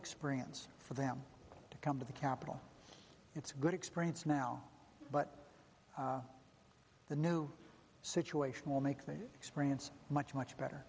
experience for them to come to the capital it's good experience now but the new situation will make the experience much much better